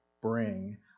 Bring